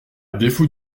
défaut